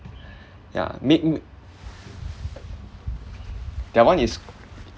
ya ma~ that one is